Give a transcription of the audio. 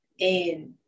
and-